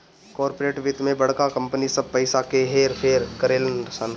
corporate वित्त मे बड़का कंपनी सब पइसा क हेर फेर करेलन सन